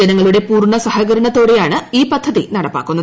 ജനങ്ങളുടെ പൂർണ്ണ സഹകരണത്തോടെയാണ് ഈ പദ്ധതി നടപ്പാക്കുന്നത്